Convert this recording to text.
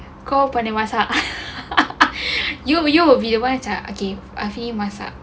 coal banyak masak you you will be the one jap afini masak